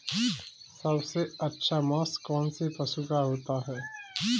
सबसे अच्छा मांस कौनसे पशु का होता है?